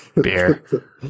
Beer